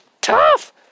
Tough